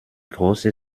große